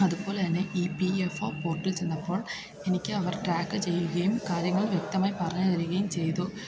അതുപോലെ തന്നെ ഈ പി എഫ് ഒ പോർട്ടിൽ ചെന്നപ്പോൾ എനിക്ക് അവർ ട്രാക്ക് ചെയ്യുകയും കാര്യങ്ങൾ വ്യക്തമായി പറഞ്ഞുതരുകയും ചെയ്തു